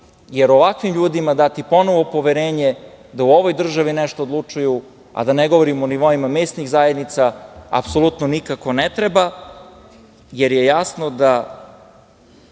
jer ovakvim ljudima dati ponovo poverenje da u ovoj državi nešto odlučuju, a da ne govorimo o nivoima mesnih zajednica, apsolutno nikako ne treba, jer su jasne